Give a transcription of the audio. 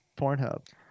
Pornhub